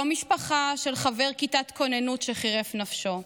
לא משפחה של חבר כיתת כוננות שחירף נפשו.